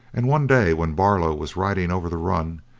and one day when barlow was riding over the run,